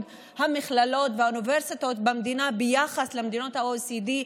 המכללות והאוניברסיטאות במדינה ביחס למדינות ה-OECD,